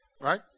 Right